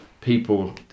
people